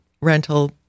rental